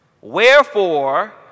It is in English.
Wherefore